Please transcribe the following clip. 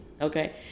okay